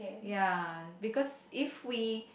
ya because if we